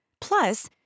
Plus